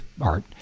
art